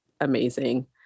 amazing